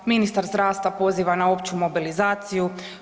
Ministar zdravstva poziva na opću mobilizaciju.